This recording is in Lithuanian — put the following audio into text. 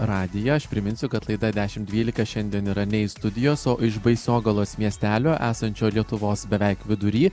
radijo aš priminsiu kad laida dešimt dvylika šiandien yra ne iš studijos o iš baisogalos miestelio esančio lietuvos beveik vidury